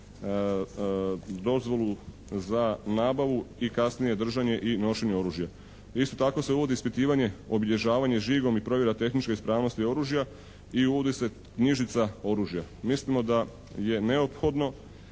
dozvolu za nabavu i kasnije držanje i nošenje oružja. Isto tako se uvodi ispitivanje obilježavanje žigom i provjera tehničke ispravnosti oružja i uvodi se knjižica oružja. Mislimo da je neophodno